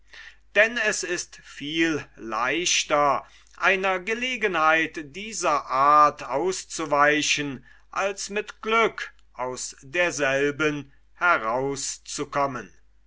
denn es ist viel leichter einer gelegenheit dieser art auszuweichen als mit glück aus derselben herauszukommen